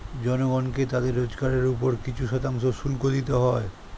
জনগণকে তাদের রোজগারের উপর কিছু শতাংশ শুল্ক দিতে হয়